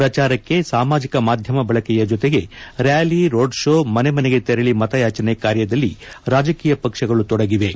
ಪ್ರಚಾರಕ್ಕೆ ಸಾಮಾಜಿಕ ಮಾಧ್ಯಮ ಬಳಕೆಯ ಜೊತೆಗೆ ರ್ವಾಲಿ ರೋಡ್ ಷೋ ಮನೆ ಮನೆಗೆ ತೆರಳಿ ಮತಯಾಚನೆ ಕಾರ್ಯದಲ್ಲಿ ರಾಜಕೀಯ ಪಕ್ಷಗಳು ತೊಡಗಿವೆ